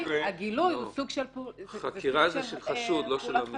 הגילוי הוא סוג של פעולת חקירה,